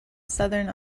southern